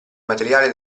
materiale